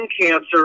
cancer